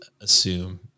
assume